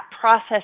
process